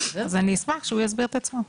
אז אני אשמח שהוא יסביר את עצמו.